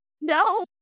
no